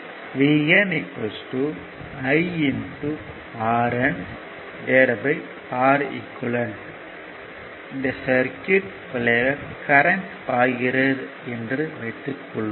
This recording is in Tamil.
VN I RN Req இந்த சர்க்யூட் வழியாக கரண்ட் பாய்கிறது என்று வைத்துக்கொள்வோம்